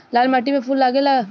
लाल माटी में फूल लाग सकेला?